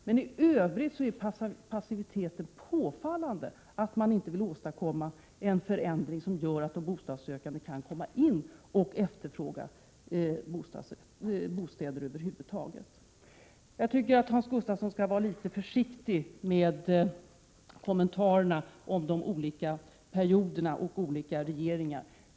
Men i övrigt är passiviteten påfallande. Man vill inte åstadkomma en förändring som gör att bostadssökande kan efterfråga bostäder över huvud taget. Jag tycker att Hans Gustafsson skall vara litet försiktig med sina kommentarer om de olika perioderna och om olika regeringar.